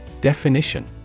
Definition